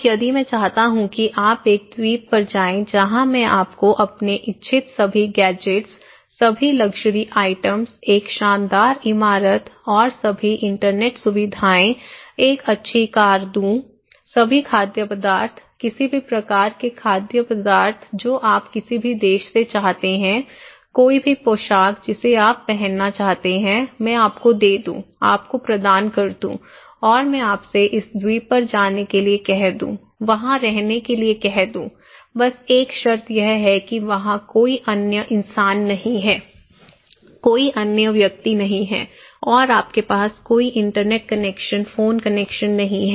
अब यदि मैं चाहता हूं कि आप एक द्वीप पर जाएं जहां मैं आपको अपने इच्छित सभी गैजेट्स सभी लक्ज़री आइटम एक शानदार इमारत और सभी इंटरनेट सुविधाएं एक अच्छी कार दूं सभी खाद्य पदार्थ किसी भी प्रकार के खाद्य पदार्थ जो आप किसी भी देश से चाहते हैं कोई भी पोशाक जिसे आप पहनना चाहते हैं मैं आपको दे दूं आपको प्रदान कर दूं और मैं आपसे इस द्वीप पर जाने के लिए कह दूं वहां रहने के लिए कह दूं बस एक शर्त यह है कि वहां कोई अन्य इंसान नहीं है कोई अन्य व्यक्ति नहीं है और आपके पास कोई इंटरनेट कनेक्शन फोन कनेक्शन नहीं है